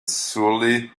surely